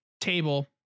table